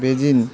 Beijing